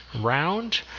round